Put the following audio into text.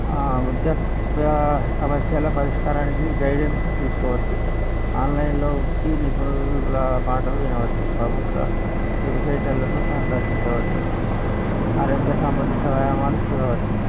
వృద్దాప్య సమస్యల పరిష్కారానికి గైడెన్స్ తీసుకోవచ్చు ఆన్లైన్లో వృత్తి నిపుణుల మాటలు వినవచ్చు ప్రభుత్వ వెబ్సైట్లను సందర్శించవచ్చు ఆరోగ్య సంబంధించిన వ్యాయామాలు చూడవచ్చు